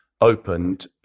opened